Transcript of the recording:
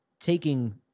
taking